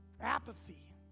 apathy